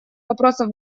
вопросов